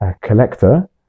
collector